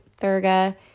Thurga